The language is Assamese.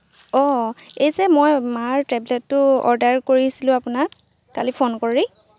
অঁ এই যে মই মাৰ টেবলেটটো অৰ্ডাৰ কৰিছিলোঁ আপোনাক কালি ফ'ন কৰি